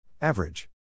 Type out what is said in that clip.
Average